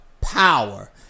power